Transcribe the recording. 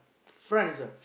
friends lah